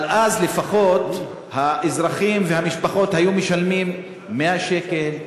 אבל אז לפחות האזרחים והמשפחות היו משלמים 100 שקל,